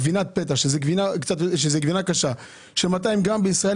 גבינת פטה שהיא גבינה קשה ו-200 גרם בישראל